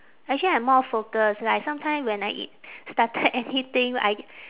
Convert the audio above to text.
actually I'm more focused like sometime when I i~ started anything I